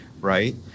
right